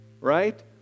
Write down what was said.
right